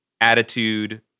attitude